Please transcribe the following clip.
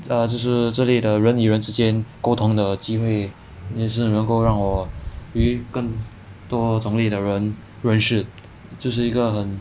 err 就是之类的人与人之间沟通的机会就是能够让我与更多种类的人认识这是一个很